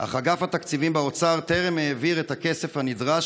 אך אגף התקציבים באוצר טרם העביר את הכסף הנדרש